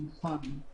נכון.